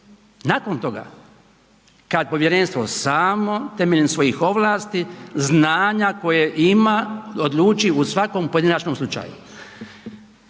Nakon toga kada povjerenstvo samo temeljem svojih ovlasti, znanja koja ima odluči u svakom pojedinačnom slučaju.